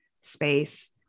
space